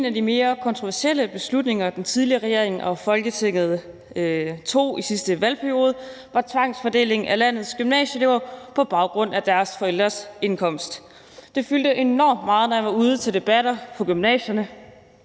En af de mere kontroversielle beslutninger, den tidligere regering og Folketinget tog i sidste valgperiode, var om tvangsfordeling af landets gymnasieelever på baggrund af deres forældres indkomst. Det fyldte enormt meget, da jeg var ude til debatter på gymnasierne